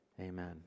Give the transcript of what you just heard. Amen